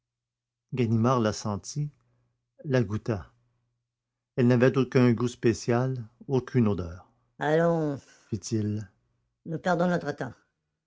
ganimard la sentit la goûta elle n'avait aucun goût spécial aucune odeur allons fit-il nous perdons notre temps